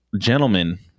Gentlemen